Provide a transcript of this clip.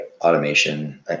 automation